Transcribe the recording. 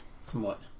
somewhat